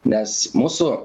nes mūsų